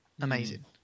Amazing